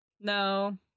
No